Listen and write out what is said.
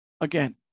again